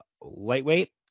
lightweight